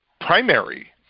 primary